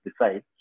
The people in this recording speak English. decide